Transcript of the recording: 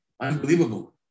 Unbelievable